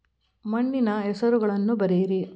ಮಣ್ಣಿನ ಹೆಸರುಗಳನ್ನು ಬರೆಯಿರಿ